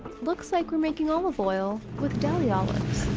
looks like we're making olive oil with deli olives.